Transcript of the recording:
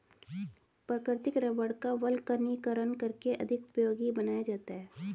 प्राकृतिक रबड़ का वल्कनीकरण करके अधिक उपयोगी बनाया जाता है